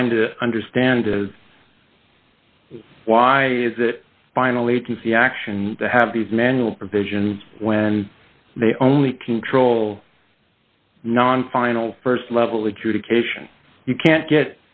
trying to understand is why is it finally to see action to have these manual provisions when they only control non final st level adjudication you can't get